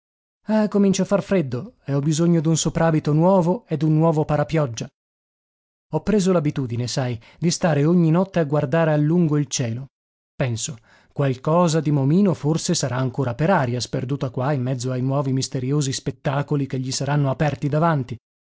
eh comincia a far freddo e ho bisogno d'un soprabito nuovo e d'un nuovo parapioggia ho preso l'abitudine sai di stare ogni notte a guardare a lungo il cielo penso qualcosa di momino forse sarà ancora per aria sperduta qua in mezzo ai nuovi misteriosi spettacoli che gli saranno aperti davanti